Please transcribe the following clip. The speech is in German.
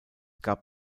gab